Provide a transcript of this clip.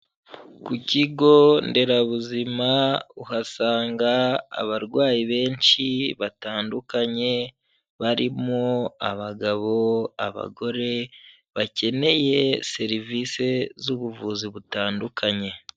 Ku kigo nderabuzima uhasanga abarwayi benshi, batandukanye barimo abagabo, abagore, bakeneye serivise z'ubuvuzi butandukanye.